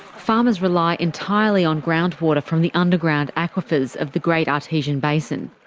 farmers rely entirely on groundwater from the underground aquifers of the great artesian basin.